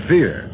Fear